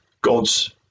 God's